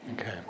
Okay